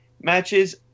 matches